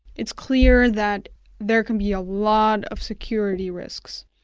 it's clear that there can be a lot of security risks.